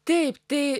taip tai